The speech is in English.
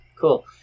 cool